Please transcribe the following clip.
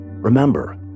Remember